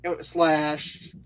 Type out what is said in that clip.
slash